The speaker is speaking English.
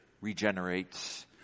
regenerates